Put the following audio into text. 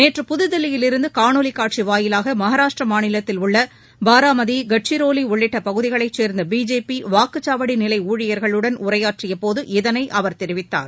நேற்று புதுதில்லியிலிருந்து காணொலி காட்சி வாயிலாக மகாராஷ்டிரா மாநிலத்தில் உள்ள பாராமதி கச்சிரோலி உள்ளிட்ட பகுதிகளைச் சேர்ந்த பிஜேபி வாக்குச்சாவடி நிலை ஊழியர்களுடன் உரையாற்றியபோது இதனை அவர் தெரிவித்தார்